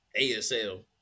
ASL